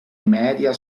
media